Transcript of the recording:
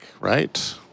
right